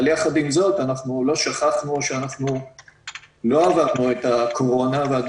אבל יחד עם זאת לא שכחנו שלא עברנו את הקורונה ואנחנו